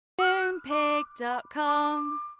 Moonpig.com